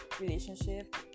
relationship